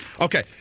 Okay